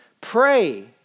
Pray